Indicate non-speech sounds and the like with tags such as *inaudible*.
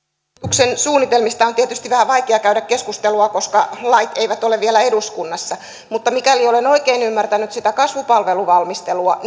hallituksen suunnitelmista on tietysti vähän vaikeaa käydä keskustelua koska lait eivät ole vielä eduskunnassa mutta mikäli olen oikein ymmärtänyt sitä kasvupalveluvalmistelua *unintelligible*